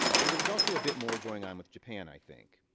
but there was also a bit more going on with japan, i think.